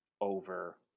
over